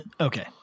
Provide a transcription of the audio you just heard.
Okay